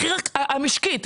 המחיר המשקי,